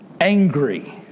angry